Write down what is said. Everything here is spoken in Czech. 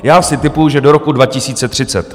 Já si tipuji, že do roku 2030.